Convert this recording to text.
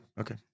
Okay